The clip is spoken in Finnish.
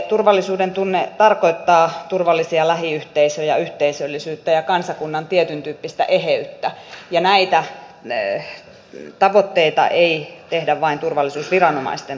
turvallisuudentunne tarkoittaa turvallisia lähiyhteisöjä yhteisöllisyyttä ja kansakunnan tietyn tyyppistä eheyttä ja näitä tavoitteita ei tehdä vain turvallisuusviranomaisten toimesta